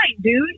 dude